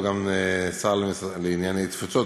הוא גם השר לענייני תפוצות,